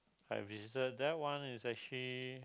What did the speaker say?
I visited that one is actually